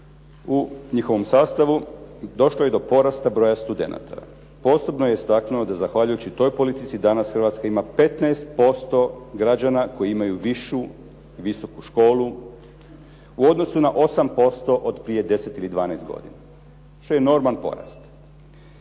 u njihovom sastavu došlo je do porasta broja studenata. Posebno je istaknuo da zahvaljujući toj politici danas Hrvatska ima 15% građana koji imaju višu, visoku školu u odnosu na 8% od prije 10 ili 12 godina što je normalan porast.